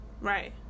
Right